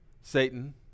Satan